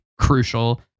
crucial